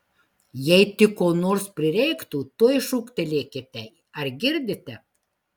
jei tik ko nors prireiktų tuoj šūktelkite ar girdite